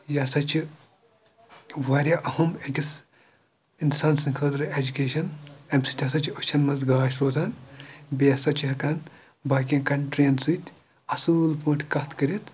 یہِ ہَسا چھِ واریاہ اَہم أکِس اِنسان سٕنٛدۍ خٲطرٕ ایٚجوٗکیشَن اَمہِ سۭتۍ ہَسا چھِ أچھَن منٛز گاش روزان بیٚیہِ ہَسا چھِ ہٮ۪کان باقٕیَن کَنٹِرٛیَن سۭتۍ اَصٕل پٲٹھۍ کَتھ کٔرِتھ